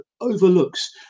overlooks